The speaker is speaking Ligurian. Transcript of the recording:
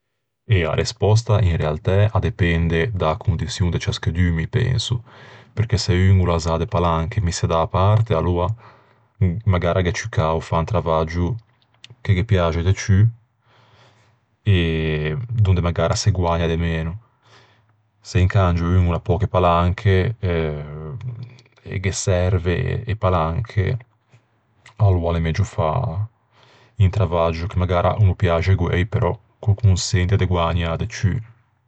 Eh, a respòsta in realtæ a depende da-a condiçion de ciaschedun, mi penso. Perché se un o l'à de palanche misse da-a parte, aloa magara gh'é ciù fâ un travaggio che ghe piaxe de ciù donde magara se guägna de meno. Se incangio un o l'à pöche palanche, e ghe serve ee e palanche, aloa l'é megio fâ un travaggio che magara o no piaxe guæi, che però o consente de guägnâ de ciù.